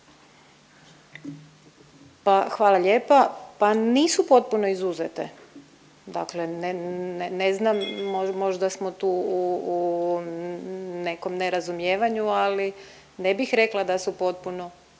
Pa hvala lijepa. Pa nisu potpuno izuzete, dakle ne znam možda smo tu u nekom nerazumijevanju ali ne bih rekla da su potpuno.